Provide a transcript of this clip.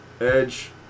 Edge